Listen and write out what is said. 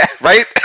right